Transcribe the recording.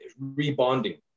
rebonding